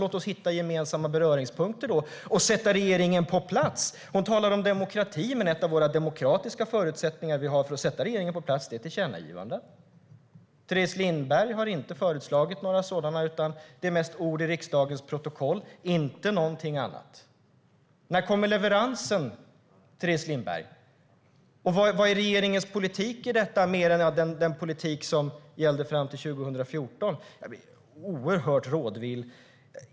Låt oss då hitta gemensamma beröringspunkter och sätta regeringen på plats! Teres Lindberg talar om demokrati. En av våra demokratiska förutsättningar för att sätta regeringen på plats är tillkännagivanden, men hon har inte föreslagit några sådana. Det är ord i riksdagens protokoll, ingenting annat. När kommer leveransen? Och vilken är regeringens politik i detta utöver den politik som gällde fram till 2014? Jag blir oerhört rådvill.